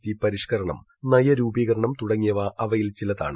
T പരിഷ്കരണം നയരൂപീകരണം തുടങ്ങിയ അവയിൽ ചിലതാണ്